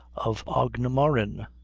of aughnmurrin.